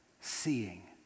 seeing